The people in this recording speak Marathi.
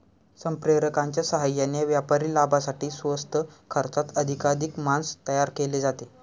संप्रेरकांच्या साहाय्याने व्यापारी लाभासाठी स्वस्त खर्चात अधिकाधिक मांस तयार केले जाते